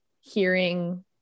hearing